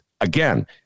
again